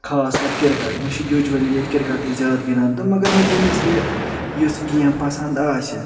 خاص کر کرکٹ وۄنۍ چھِ یوجؤلی ییٚتہِ کرکٹٕے زیادٕ گِندان تہِ مگر وۄنۍ یِمِس یہِ یۄس گیم پسنٛد آسہِ